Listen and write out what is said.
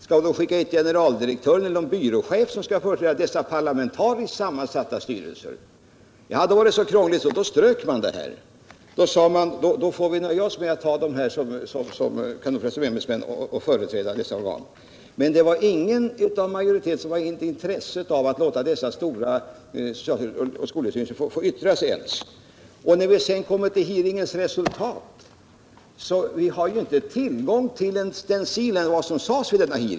Skulle dessa parlamentariskt sammansatta styrelser representeras av generaldirektören eller någon byråchef? Det blev så krångligt att majoriteten beslöt att stryka dessa båda från listan och nöjde sig med att höra de organ som 63 kunde företrädas av ämbetsmän. Ingen inom majoriteten hade något intresse av att låta socialstyrelsen och skolöverstyrelsen få yttra sig. När det gäller resultatet av dessa hearings har vi inte tillgång till någon utskrift av vad som sades.